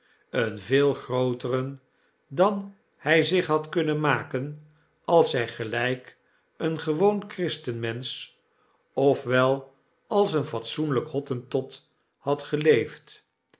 een veel grooteren dan hy zich had kunnen maken als hy gelyk een gewoon christenmensch of wel als een fatsoenlp hottentot had geleefd